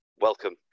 Welcome